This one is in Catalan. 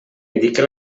indique